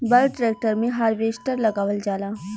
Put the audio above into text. बड़ ट्रेक्टर मे हार्वेस्टर लगावल जाला